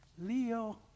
Leo